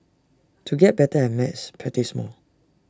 to get better at maths practise more